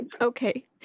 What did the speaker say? Okay